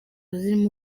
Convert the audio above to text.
zirimo